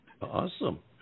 Awesome